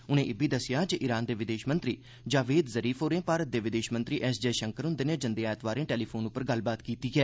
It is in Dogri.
उनें इब्बी दस्सेआ जे ईरान दे विदेश मंत्री जावेद ज़रीफ होरें भारत दे विदेश मंत्री एस जयशंकर हुंदे नै जंदे ऐतवारें टेलीफोन पर गल्लबात कीती ऐ